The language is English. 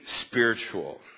spiritual